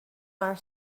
are